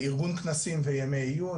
ארגון כנסים וימי עיון,